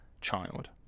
child